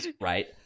Right